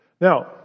Now